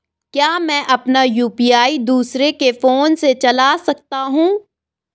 क्या मैं अपना यु.पी.आई दूसरे के फोन से चला सकता हूँ?